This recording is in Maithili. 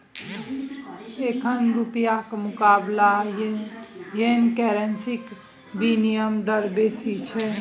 एखन रुपाक मुकाबले येन करेंसीक बिनिमय दर बेसी छै